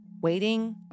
waiting